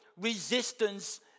resistance